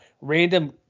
random